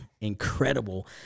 incredible